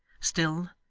still,